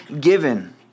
given